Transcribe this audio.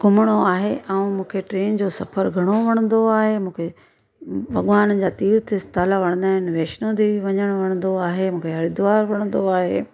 घुमणो आहे ऐं मूंखे ट्रेन जो सफ़रु घणो वणंदो आहे मूंखे भगवान जा तीर्थ स्थल वणंदा आहिनि मूंखे वैष्णोदेवी वञणु वणंदो आहे मूंखे हरिद्वार वणंदो आहे